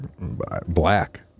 black